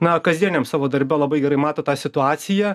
na kasdieniam savo darbe labai gerai mato tą situaciją